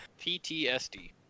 PTSD